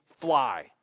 fly